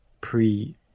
pre